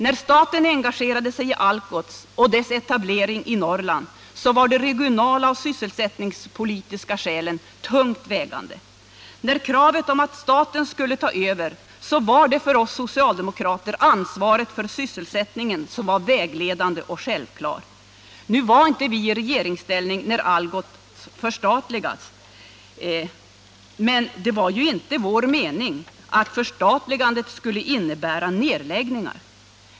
När staten engagerade sig i Algots och dess etablering i Norrland, så var de regionala och sysselsättningspolitiska skälen tungt vägande. När kravet restes att staten skulle ta över, så var det för oss socialdemokrater ansvaret för sysselsättningen som var vägledande och självklart. Nu var vi inte i regeringsställning när Algots förstatligades, men det var inte vår mening att förstatligandet skulle innebära nedläggningar.